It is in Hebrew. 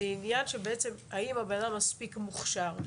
זה עניין של האם הבן אדם מספיק מוכשר.